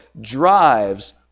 drives